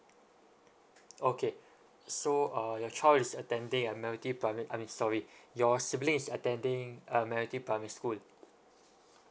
okay so uh your child is attending admiralty primary I mean sorry your sibling is attending admiralty primary school